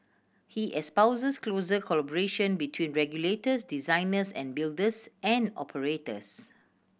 he espouses closer collaboration between regulators designers and builders and operators